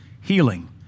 healing